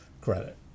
credit